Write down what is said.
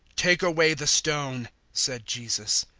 take away the stone, said jesus.